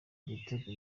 ibitego